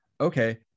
okay